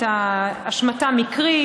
הייתה השמטה מקרית,